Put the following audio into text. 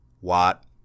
Watt